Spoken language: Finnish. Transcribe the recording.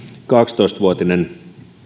kaksitoista vuotinen